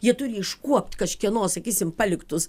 jie turi iškuopt kažkieno sakysim paliktus